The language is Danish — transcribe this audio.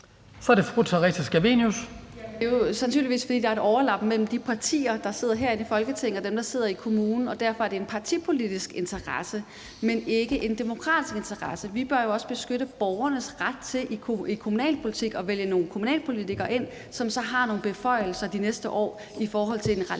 Kl. 18:13 Theresa Scavenius (UFG): Jamen det er jo sandsynligvis, fordi der er et overlap mellem de partier, der sidder her i Folketinget, og dem, der sidder i kommunen, og derfor er det en partipolitisk interesse, men ikke en demokratisk interesse. Vi bør jo også beskytte borgernes ret til i kommunalpolitik at vælge nogle kommunalpolitikere ind, som så har nogle beføjelser de næste år i forhold til en lang